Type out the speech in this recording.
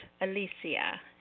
Alicia